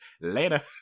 Later